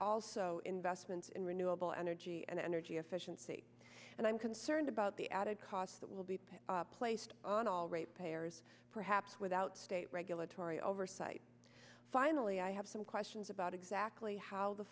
also investments in renewable energy and energy efficiency and i'm concerned about the added cost that will be placed on all ratepayers perhaps without state regulatory oversight finally i have some questions about exactly how the